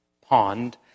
pond